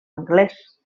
anglès